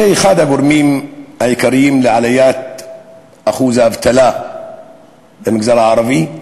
זה אחד הגורמים העיקריים לעליית אחוז האבטלה במגזר הערבי,